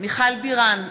מיכל בירן,